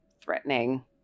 threatening